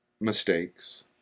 mistakes